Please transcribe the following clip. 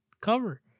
cover